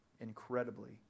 incredibly